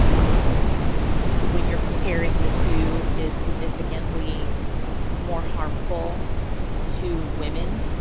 um when you're comparing the two, is significantly more harmful to women.